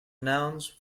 nouns